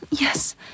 Yes